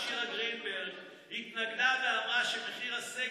תודה לחבר